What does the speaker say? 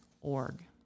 org